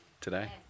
today